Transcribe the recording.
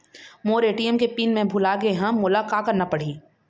मोर ATM के pin मैं भुला गैर ह, मोला का करना पढ़ही?